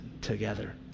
together